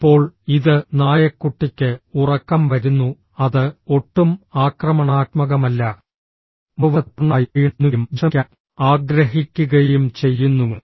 ഇപ്പോൾ ഇത് നായക്കുട്ടിക്ക് ഉറക്കം വരുന്നു അത് ഒട്ടും ആക്രമണാത്മകമല്ല മറുവശത്ത് പൂർണ്ണമായും ക്ഷീണം തോന്നുകയും വിശ്രമിക്കാൻ ആഗ്രഹിക്കുകയും ചെയ്യുന്നു